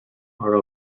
are